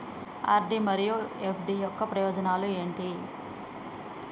RD మరియు FD యొక్క ప్రయోజనాలు ఏంటి?